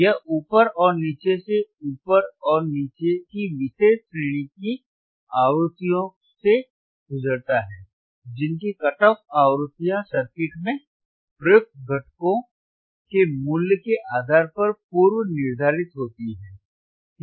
यह ऊपर और नीचे से ऊपर और नीचे की विशेष श्रेणी की आवृत्तियों से गुजरता है जिनकी कट ऑफ आवृत्तियां सर्किट में प्रयुक्त घटकों के मूल्य के आधार पर पूर्व निर्धारित होती हैं